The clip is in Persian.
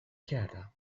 کردم